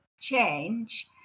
change